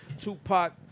Tupac